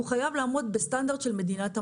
הוא חייב לעמוד בסטנדרט של מדינת המקור,